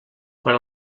quan